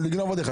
אין מה לעשות,